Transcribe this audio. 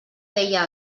deia